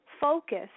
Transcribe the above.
focus